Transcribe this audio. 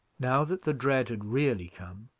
now that the dread had really come,